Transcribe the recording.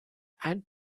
add